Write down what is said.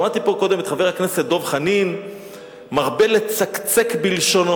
שמעתי פה קודם את חבר הכנסת דב חנין מרבה לצקצק בלשונו.